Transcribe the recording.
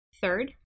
Third